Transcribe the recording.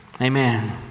Amen